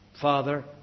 Father